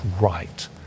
right